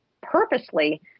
purposely